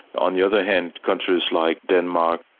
on the other hand countries like denmark,